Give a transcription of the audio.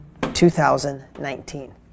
2019